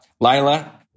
Lila